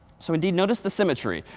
so indeed, notice the symmetry.